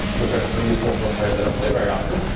which are still useful for players that don't play very often,